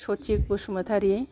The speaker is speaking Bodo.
सथिक बसुमातारी